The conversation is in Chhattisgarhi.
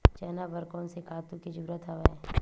चना बर कोन से खातु के जरूरत हवय?